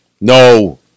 No